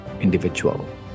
individual